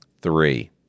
three